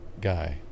guy